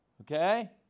Okay